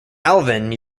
alvin